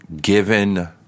given